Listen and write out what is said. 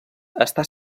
està